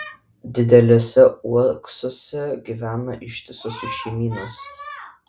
dideliuose uoksuose gyveno ištisos jų šeimynos